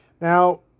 Now